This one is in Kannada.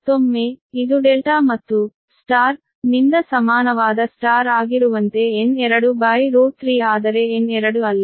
ಮತ್ತೊಮ್ಮೆ ಇದು ∆ ಮತ್ತು ಸ್ಟಾರ್ ನಿಂದ ಸಮಾನವಾದ Y ಆಗಿರುವಂತೆ N23 ಆದರೆ N2 ಅಲ್ಲ